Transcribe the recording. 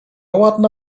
ładna